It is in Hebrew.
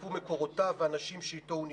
שייחשפו מקורותיו והאנשים שאיתו הוא נפגש,